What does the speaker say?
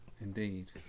indeed